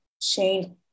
chain